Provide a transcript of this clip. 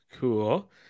Cool